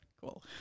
cool